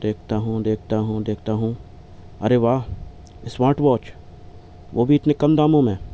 دیکھتا ہوں دیکھتا ہوں دیکھتا ہوں ارے واہ اسمارٹ واچ وہ بھی اتنے کم داموں میں